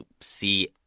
see